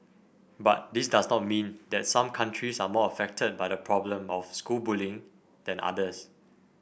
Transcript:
but this does not mean that some countries are more affected by the problem of school bullying than others